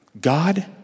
God